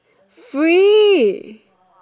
free